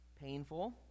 painful